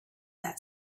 that